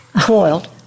coiled